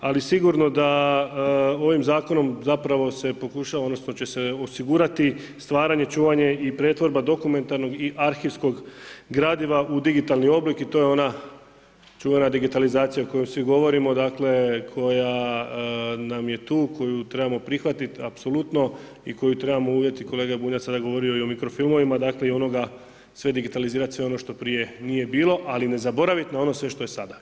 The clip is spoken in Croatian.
Ali sigurno da ovim zakonom zapravo se pokušava, odnosno će se osigurati stvaranje, čuvanje i pretvorba dokumentarnog i arhivskog gradiva u digitalni oblik i to je ona čuvena digitalizacija o kojoj svi govorimo, dakle koja nam je tu, koju trebamo prihvatiti apsolutno i koju trebamo unijeti kolega Bunjac je sada govorio i o mikrofilmovima, dakle i onoga sve digitalizirati sve ono što prije nije bilo, ali zaboravit na ono sve što je sada.